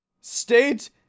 State